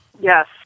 Yes